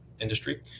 industry